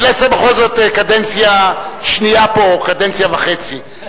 פלסנר הוא בכל זאת קדנציה שנייה פה, קדנציה וחצי.